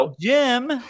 Jim